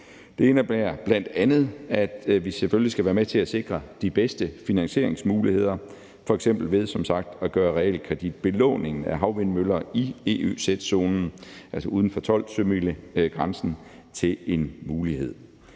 Det indebærer bl.a., at vi selvfølgelig skal være med til at sikre de bedste finansieringsmuligheder, f.eks. ved som sagt at gøre realkreditbelåningen af havvindmøller i EØZ-zonen, altså uden for 12-sømilegrænsen, til en mulighed.